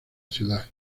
ciudad